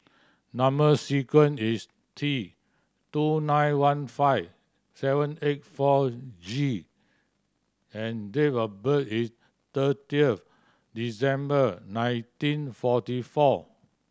number sequence is T two nine one five seven eight four G and date of birth is thirty of December nineteen forty four